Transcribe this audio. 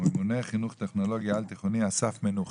ממונה חינוך טכנולוגי על תיכוני, אסף מנוחין.